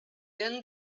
end